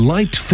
Light